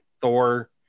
Thor